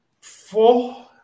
four